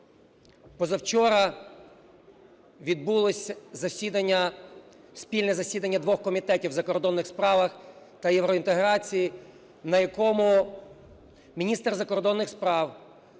Позавчора відбулось засідання, спільне засідання двох комітетів – у закордонних справах та євроінтеграції, на якому міністр закордонних справ